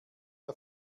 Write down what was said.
der